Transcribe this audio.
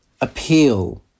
appeal